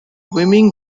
wyoming